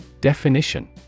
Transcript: Definition